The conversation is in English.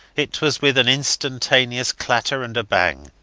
it was with an instantaneous clatter and a bang,